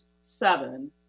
seven